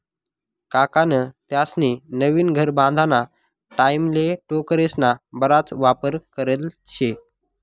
काकान त्यास्नी नवीन घर बांधाना टाईमले टोकरेस्ना बराच वापर करेल शे